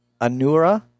Anura